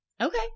Okay